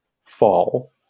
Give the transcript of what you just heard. fall